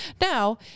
Now